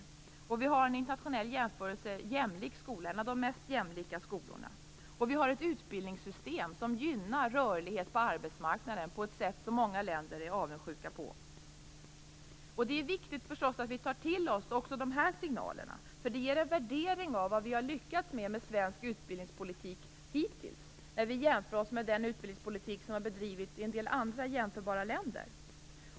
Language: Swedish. Sverige har också en i internationell jämförelse jämlik skola - en av de mest jämlika skolorna. Vårt utbildningssystem gynnar rörlighet på arbetsmarknaden på ett sätt som många länder är avundsjuka på. Det är förstås viktigt att vi tar till oss också de här signalerna. De ger nämligen en värdering av vad vi har lyckats med i svensk utbildningspolitik hittills när vi jämför med den utbildningspolitik som bedrivits i en del andra jämförbara länder.